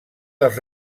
dels